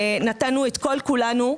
נתנו את כל כולנו.